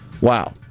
Wow